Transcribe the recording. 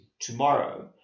tomorrow